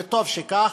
וטוב שכך.